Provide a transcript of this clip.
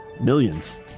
Millions